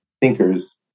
thinkers